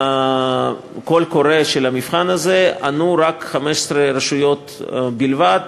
לקול הקורא של המבחן הזה ענו 15 רשויות בלבד,